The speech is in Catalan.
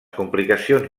complicacions